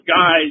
guys